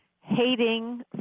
Hating